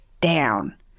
down